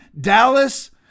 Dallas